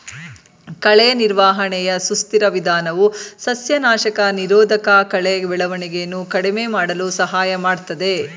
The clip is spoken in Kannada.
ಕಳೆ ನಿರ್ವಹಣೆಯ ಸುಸ್ಥಿರ ವಿಧಾನವು ಸಸ್ಯನಾಶಕ ನಿರೋಧಕಕಳೆ ಬೆಳವಣಿಗೆಯನ್ನು ಕಡಿಮೆ ಮಾಡಲು ಸಹಾಯ ಮಾಡ್ತದೆ